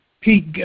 Pete